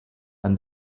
and